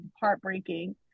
heartbreaking